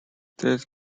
this